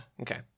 okay